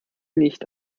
nicht